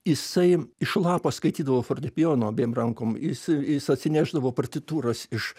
jisai iš lapo skaitydavo fortepijono abiem rankom jis jis atsinešdavo partitūras iš